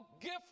gift